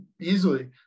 easily